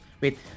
Wait